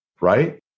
right